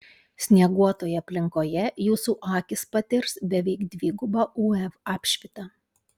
snieguotoje aplinkoje jūsų akys patirs beveik dvigubą uv apšvitą